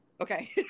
Okay